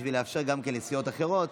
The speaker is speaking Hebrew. כדי לאפשר גם לסיעות אחרות.